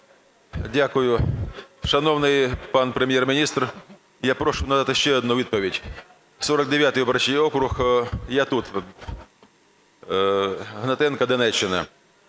Дякую. Шановний пан Прем'єр-міністр, я прошу надати ще одну відповідь. 49 виборчий округ, Гнатенко, Донеччина.